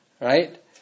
Right